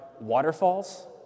waterfalls